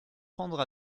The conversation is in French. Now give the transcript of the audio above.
prendre